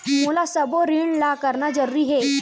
मोला सबो ऋण ला करना जरूरी हे?